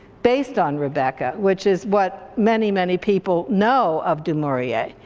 based on rebecca, which is what many many people know of du maurier.